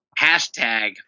Hashtag